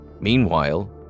Meanwhile